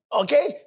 Okay